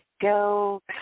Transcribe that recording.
go